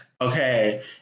Okay